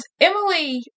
Emily